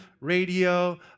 radio